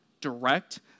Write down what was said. Direct